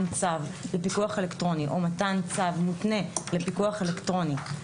צו לפיקוח אלקטרוני או מתן צו מותנה לפיקוח אלקטרוני,